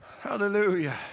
Hallelujah